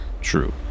True